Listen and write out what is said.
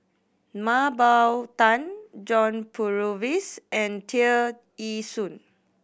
Mah Bow Tan John Purvis and Tear Ee Soon